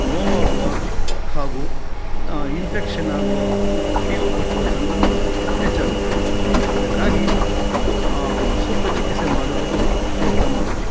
ನೋವಾಗುವ ಹಾಗೂ ಇನ್ಫೆಕ್ಷನ್ ಆಗುವ ಕೀವು ಕಟ್ಟುವ ಸಂದರ್ಭ ಹೆಚ್ಚಾಗುತ್ತದೆ ಅದಕ್ಕಾಗಿ ಸೂಕ್ತ ಚಿಕಿತ್ಸೆ ಮಾಡುವುದು ಉತ್ತಮ